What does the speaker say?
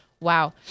Wow